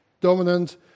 dominant